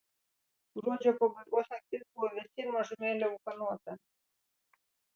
gruodžio pabaigos naktis buvo vėsi ir mažumėlę ūkanota